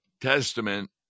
Testament